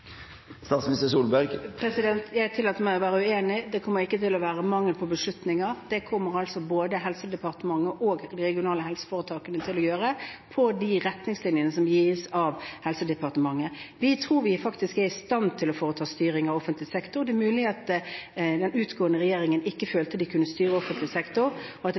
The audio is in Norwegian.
Jeg tillater meg å være uenig. Det kommer ikke til å være mangel på beslutninger. Det kommer både Helsedepartementet og de regionale helseforetakene til å ta etter de retningslinjene som gis av Helsedepartementet. Vi tror vi faktisk er i stand til å foreta styring av den offentlige sektor. Det er mulig at den avgående regjering ikke følte at den kunne styre offentlig sektor, og at